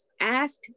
Ask